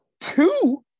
Two